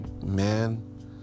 man